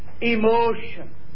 emotion